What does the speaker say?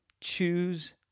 choose